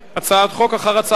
הצעת חוק אחר הצעת חוק.